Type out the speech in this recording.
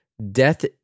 Death